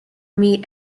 meat